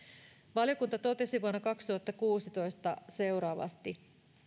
valiokunta totesi vuonna kaksituhattakuusitoista seuraavasti